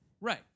Right